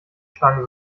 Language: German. schlange